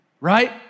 right